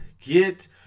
get